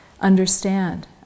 understand